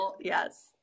Yes